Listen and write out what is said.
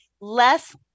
less